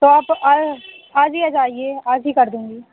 तो आप आज ही आ जाइए आज ही कर दूँगी